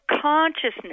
consciousness